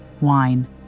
wine